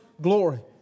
glory